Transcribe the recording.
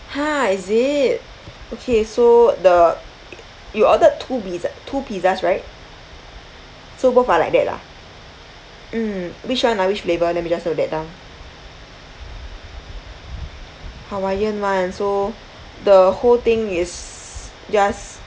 !huh! is it okay so the you ordered two piz~ two pizzas right so both are like that lah mm which [one] ah which flavour let me just note that down hawaiian [one] so the whole thing is just